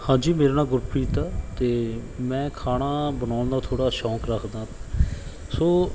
ਹਾਂਜੀ ਮੇਰਾ ਨਾਂ ਗੁਰਪ੍ਰੀਤ ਆ ਅਤੇ ਮੈਂ ਖਾਣਾ ਬਣਾਉਣ ਦਾ ਥੋੜ੍ਹਾ ਸ਼ੌਂਕ ਰੱਖਦਾ ਸੋ